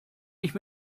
nicht